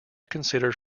considered